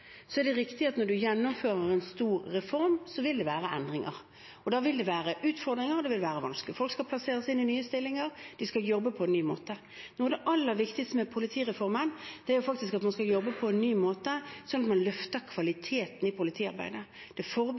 Så er det riktig at når man gjennomfører en stor reform, vil det være endringer. Da vil det være utfordringer, og det vil være vanskelig. Folk skal plasseres inn i nye stillinger og jobbe på en ny måte. Noe av det aller viktigste med politireformen er faktisk at man skal jobbe på en ny måte, sånn at man løfter kvaliteten i politiarbeidet. Det